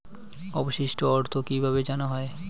অবশিষ্ট অর্থ কিভাবে জানা হয়?